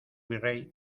virrey